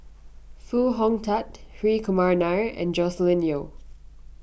Foo Hong Tatt Hri Kumar Nair and Joscelin Yeo